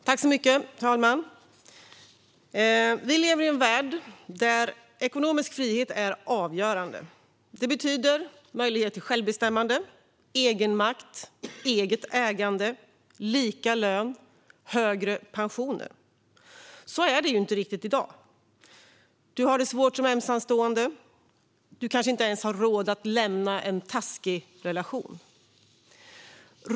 Fru talman! Vi lever i en värld där ekonomisk frihet är avgörande. Det betyder möjlighet till självbestämmande, egenmakt, eget ägande, lika lön och högre pensioner. Så är det inte riktigt i dag. Du har det svårt som ensamstående. Du kanske inte ens har råd att lämna en taskig relation.